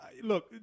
Look